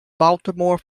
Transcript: baltimore